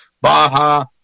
Baja